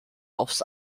offs